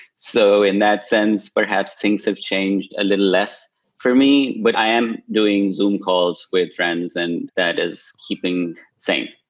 so in that sense, perhaps things have changed a little less for me, but i am doing zoom calls with friends and that is keeping same.